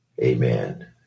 amen